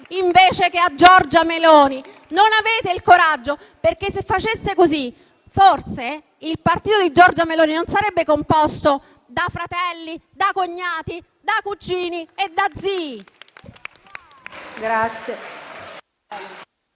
invece che a Giorgia Meloni. Non ne avete il coraggio. Se faceste così, forse il partito di Giorgia Meloni non sarebbe composto da fratelli, cognati, cugini e zii.